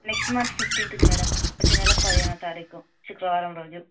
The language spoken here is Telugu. నెక్స్ట్ మంత్ ఫిప్టీన్త్కి మేడమ్ వచ్చేనెల పదిహేనవ తారీఖు శుక్రవారం రోజు